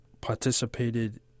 participated